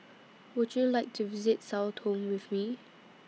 Would YOU like to visit Sao Tome with Me